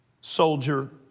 soldier